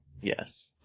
Yes